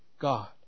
God